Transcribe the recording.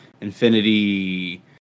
Infinity